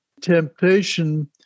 temptation